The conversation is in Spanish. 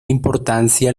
importancia